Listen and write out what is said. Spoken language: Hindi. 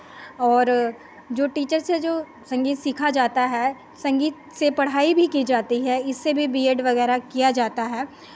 और जो टीचर से जो संगीत सीखा जाता है संगीत से पढ़ाई भी की जाती है इससे भी बीएड वगैरह किया जाता है